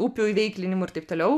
upių įveiklinimu ir taip toliau